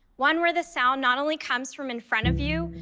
one where the sound not only comes from in front of you.